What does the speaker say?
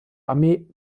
armee